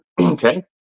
okay